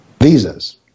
visas